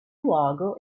luogo